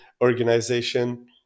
organization